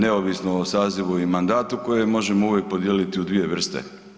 Neovisno o sazivu i mandatu koje možemo uvijek podijeliti u dvije vrste.